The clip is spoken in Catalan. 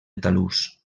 talús